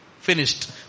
Finished